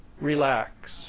Relax